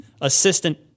assistant